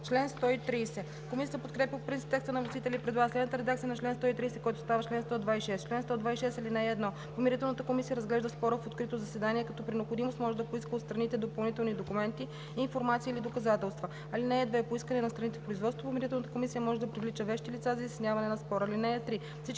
участие.“ Комисията подкрепя по принцип текста на вносителя и предлага следната редакция на чл. 130, който става чл. 126: Чл. 126. (1) Помирителната комисия разглежда спора в открито заседание, като при необходимост може да поиска от страните допълнителни документи, информация или доказателства. (2) По искане на страните в производството Помирителната комисия може да привлича вещи лица за изясняване на спора. (3)